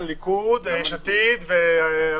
כחול לבן, הליכוד, יש עתיד ואחרים.